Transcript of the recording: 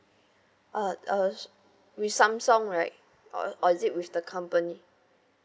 uh uh with samsung right or is it with the company